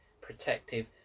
protective